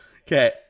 Okay